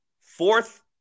Fourth